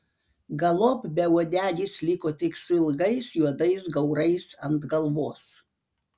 galop beuodegis liko tik su ilgais juodais gaurais ant galvos